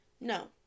No